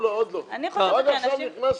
לא אגיד את הנאום שלך.